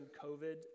COVID